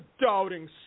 doubting